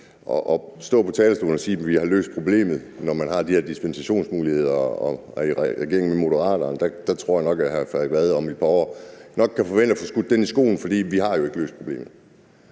at stå på talerstolen og sige, at man har løst problemet, når man har de her dispensationsmuligheder, og når man er i regering med Moderaterne, at jeg nok tror, hr. Frederik Vad kan forvente at få skudt det i skoene. For vi har jo ikke løst problemet.